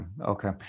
Okay